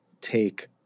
take